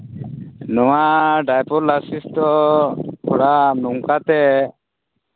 ᱱᱚᱣᱟ driving license ᱫᱚ ᱛᱷᱚᱲᱟ ᱱᱚᱝᱠᱟᱛᱮ